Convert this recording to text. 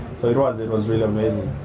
so it was, it was really amazing.